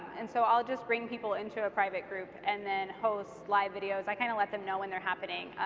and so i'll just bring people into a private group and then host live videos. i kind of let them know when they're happening.